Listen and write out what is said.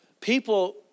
people